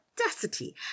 audacity